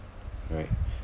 right